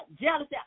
jealousy